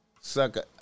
sucker